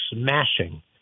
smashing